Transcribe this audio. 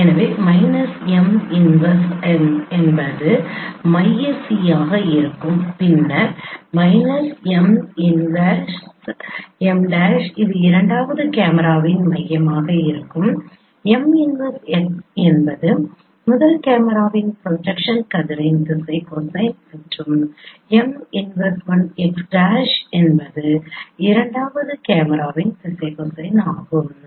எனவே M 1m அது மைய C ஆக இருக்கும் பின்னர் -M' 1m' இது இரண்டாவது கேமராவின் மையமாக இருக்கும் M 1x என்பது முதல் கேமராவின் ப்ரொஜெக்ஷன் கதிரின் திசை கொசைன் மற்றும் M' 1x' என்பது இரண்டாவது கேமராவின் திசை கொசைன் ஆகும்